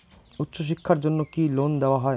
উচ্চশিক্ষার জন্য কি লোন দেওয়া হয়?